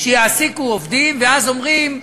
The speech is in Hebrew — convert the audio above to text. שיעסיקו עובדים, ואז אומרים: